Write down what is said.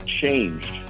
changed